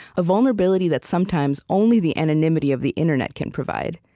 a vulnerability that sometimes only the anonymity of the internet can provide.